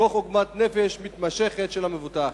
תוך עוגמת נפש מתמשכת של המבוטח.